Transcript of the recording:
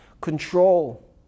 Control